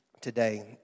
today